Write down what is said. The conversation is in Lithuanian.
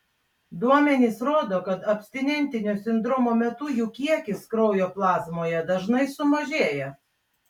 duomenys rodo kad abstinentinio sindromo metu jų kiekis kraujo plazmoje dažnai sumažėja